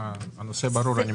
הנושא ברור.